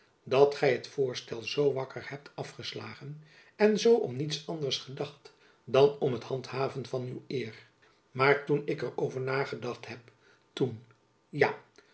dat gy het voorstel zoo wakker hebt afgeslagen en zoo om niets anders gedacht dan om het handhaven van uw eer maar toen ik er over nagedacht heb toen ja